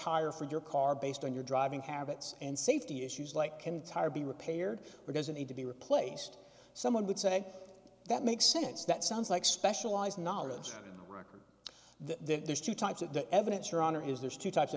tire for your car based on your driving habits and safety issues like can tire be repaired or doesn't need to be replaced someone would say that makes sense that sounds like specialized knowledge record there's two types of the evidence your honor is there's two types of